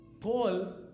Paul